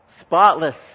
Spotless